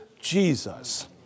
Jesus